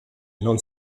non